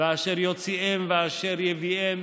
ואשר יוציאם ואשר יביאם